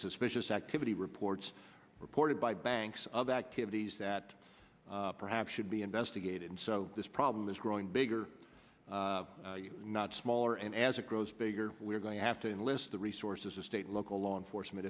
suspicious activity reports reported by banks of activities that perhaps should be investigated and so this problem is growing bigger not smaller and as it grows bigger we are going to have to enlist the resources of state local law enforcement